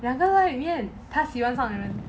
两个在里面她喜欢上的人